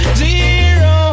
zero